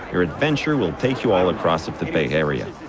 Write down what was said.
your adventure will take you all across of the bay area.